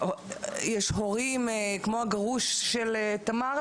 יש הורים כמו הגרוש של תמר,